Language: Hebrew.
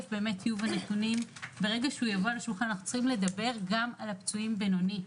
טיוב הנתונים וצריך לדבר גם על הפצועים בינוני.